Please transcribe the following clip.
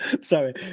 sorry